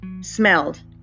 smelled